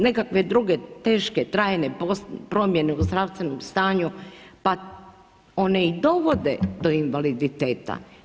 Nekakve druge, teške, trajne promjene u zdravstvenom stanju pa one i dovode do invaliditeta.